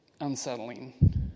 unsettling